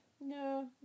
No